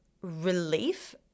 relief